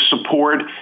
support